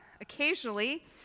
occasionally